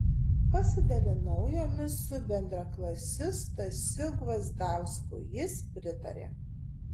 pasidalinau jomis su bendraklasiu stasiu gvazdausku jis pritarė